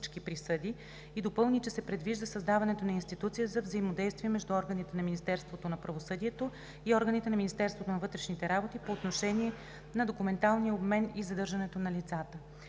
всички присъди и допълни, че се предвижда създаването на институция за взаимодействие между органите на Министерството на правосъдието и органите на Министерството на вътрешните работи по отношение на документалния обмен и задържането на лицата.